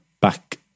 back